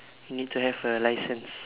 need to have a license